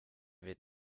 wird